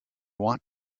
want